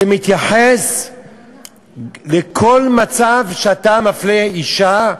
זה מתייחס לכל מצב שאתה מפלה אישה,